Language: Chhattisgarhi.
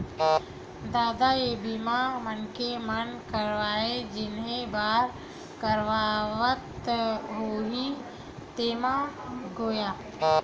ददा ये बीमा मनखे मन काय जिनिय बर करवात होही तेमा गोय?